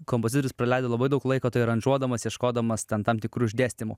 kompozitorius praleido labai daug laiko tai aranžuodamas ieškodamas ten tam tikrų išdėstymų